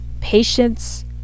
patience